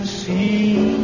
see